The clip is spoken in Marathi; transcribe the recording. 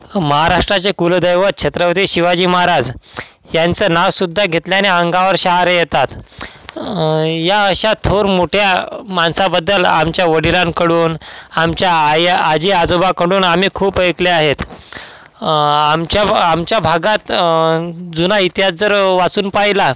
महाराष्ट्राचे कुलदैवत छत्रपती शिवाजी महाराज यांचं नावसुद्धा घेतल्याने अंगावर शहारे येतात या अशा थोर मोठ्या माणसाबद्दल आमच्या वडिलांकडून आमच्या आया आजी आजोबाकडून आम्ही खूप ऐकले आहेत आमच्या भ आमच्या भागात जुना इतिहास जर वासून पाहिला